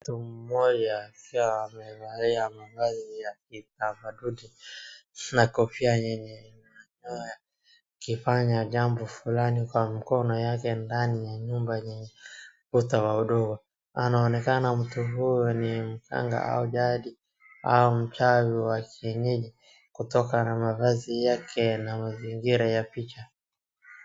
Mtu mmoja akiwa amevalia mavazi ya kitamaduni na kofia yenye manyoya akifanya jambo fulani kwa mkono wake ndani ya nyumba yenye kuta wa udongo. Anaonekana mtu huyu ni mganga au jadi au mchawi wa kienyeji kutokana na mavazi yake na mazingira ya picha.